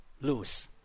lose